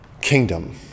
kingdom